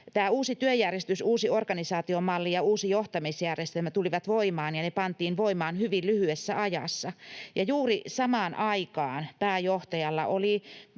Uusi työjärjestys, uusi organisaatiomalli ja uusi johtamisjärjestelmä tulivat voimaan, ja ne pantiin voimaan hyvin lyhyessä ajassa. Juuri samaan aikaan pääjohtajalla oli